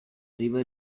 river